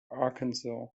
arkansas